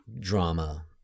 drama